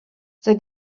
they